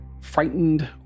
frightened